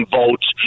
votes